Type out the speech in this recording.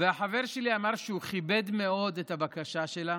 והחבר שלי אמר שהוא כיבד מאוד את הבקשה שלה